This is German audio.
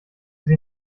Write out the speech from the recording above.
sich